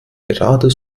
gerade